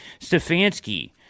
Stefanski